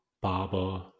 barber